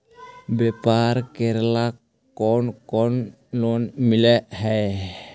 व्यापार करेला कौन कौन लोन मिल हइ?